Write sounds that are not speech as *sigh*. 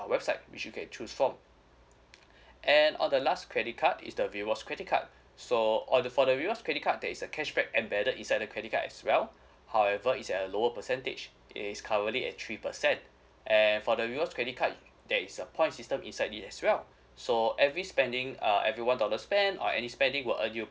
website which you can choose from *breath* and ah the last credit card is the rewards credit card so oh the for the rewards credit card there is a cashback embedded inside the credit card as well however is a lower percentage it's currently at three percent and for the rewards credit card there is a point system inside it as well so every spending uh every one dollar spent or any spending will earn you